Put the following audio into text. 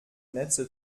netze